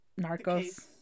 Narcos